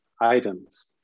items